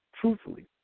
truthfully